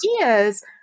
ideas